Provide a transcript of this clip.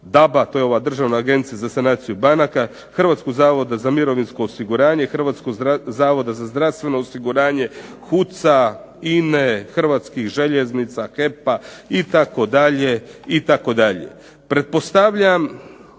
DABA to je ova Državna agencija za sanaciju banaka, Hrvatskoga zavoda za mirovinsko osiguranje, Hrvatskog zavoda za zdravstveno osiguranje, HUC-a, INA-e, Hrvatskih željeznica, HEP-a itd.“. Pretpostavljam